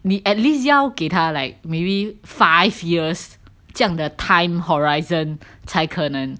你 at least 要给他 like maybe five years 这样的 time horizon 才可能